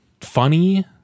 funny